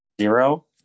zero